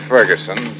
Ferguson